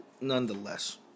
nonetheless